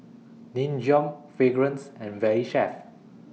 Nin Jiom Fragrance and Valley Chef